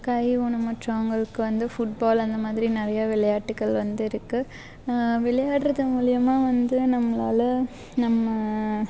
கை ஊனமுற்றவங்களுக்கு வந்து ஃபுட்பால் அந்த மாதிரி நிறைய விளையாட்டுகள் வந்து இருக்கு விளையாடுறது மூலியமாக வந்து நம்மளால நம்ம